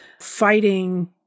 fighting